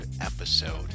episode